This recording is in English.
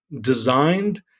designed